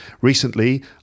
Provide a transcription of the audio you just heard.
Recently